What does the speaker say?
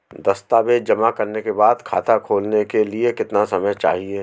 दस्तावेज़ जमा करने के बाद खाता खोलने के लिए कितना समय चाहिए?